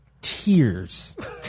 tears